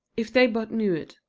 if they but knew it,